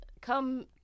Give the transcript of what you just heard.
come